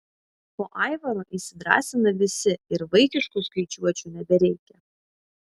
po aivaro įsidrąsina visi ir vaikiškų skaičiuočių nebereikia